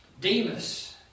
Demas